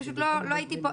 לא הייתי פה.